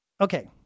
Okay